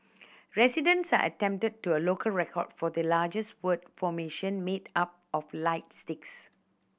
residents there attempted a local record for the largest word formation made up of light sticks